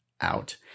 out